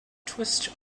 twist